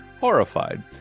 horrified